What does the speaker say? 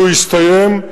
כשהוא יסתיים,